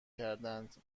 کردند